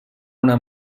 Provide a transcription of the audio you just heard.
una